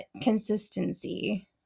consistency